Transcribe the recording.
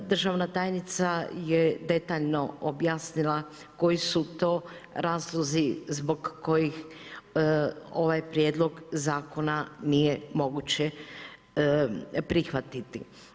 Državna tajnica je detaljno objasnila koji su to razlozi zbog kojih ovaj prijedlog zakon nije moguće prihvatiti.